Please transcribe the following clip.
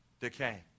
decay